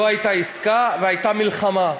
לא הייתה עסקה והייתה מלחמה.